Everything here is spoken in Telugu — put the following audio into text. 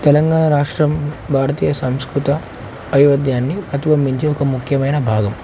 తెలంగాణ రాష్ట్రం భారతీయ సంస్కృత అయోధ్యాన్ని ప్రతిబింబించే ఒక ముఖ్యమైన భాగం